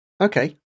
Okay